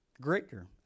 greater